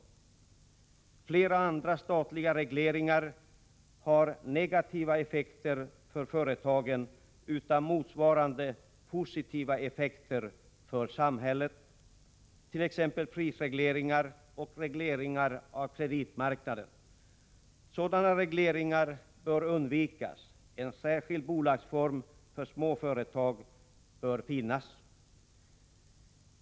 Även flera andra statliga regleringar har negativa effekter för företagen utan motsvarande positiva effekter för samhället, t.ex. prisregleringar och regleringar av kreditmarknaden. Sådana regleringar bör undvikas. En särskild bolagsform för små företag bör finnas.